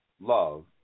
love